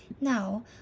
Now